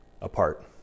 apart